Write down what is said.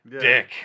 dick